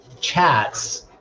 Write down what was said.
chats